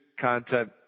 content